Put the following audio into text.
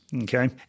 Okay